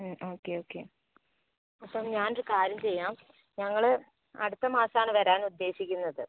okay okay അപ്പം ഞാനൊരു കാര്യം ചെയ്യാം ഞങ്ങൾ അടുത്ത മാസമാണ് വരാൻ ഉദ്ദേശിക്കുന്നത്